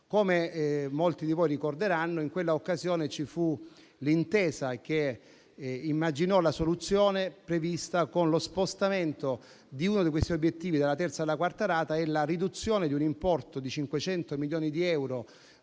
Come molti di voi ricorderanno, in quell'occasione ci fu l'intesa che immaginò la soluzione prevista con lo spostamento di uno di questi obiettivi dalla terza alla quarta rata e la riduzione di un importo di 500 milioni di euro